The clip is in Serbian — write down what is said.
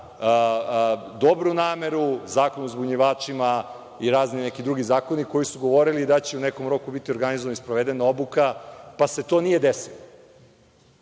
dobru nameru, Zakon o uzbunjivačima i razni drugi zakoni, koji su govorili da će u nekom roku biti organizovana i sprovedena obuka, pa se to nije desilo. Naša